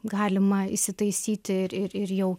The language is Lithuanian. galima įsitaisyti ir ir jau